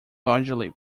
largely